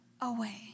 away